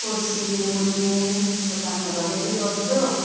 कुर्सीले बुन्ने यस्तो कामहरू अलिअलि गर्छु